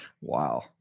Wow